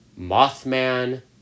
Mothman